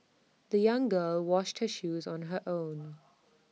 the young girl washed her shoes on her own